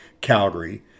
Calgary